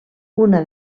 una